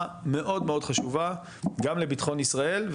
מאוד מאוד חשובה גם לביטחון ישראל,